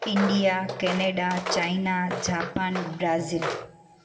India Canada China Japan Brazil